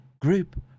group